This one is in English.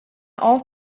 all